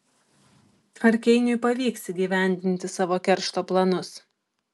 ar keiniui pavyks įgyvendinti savo keršto planus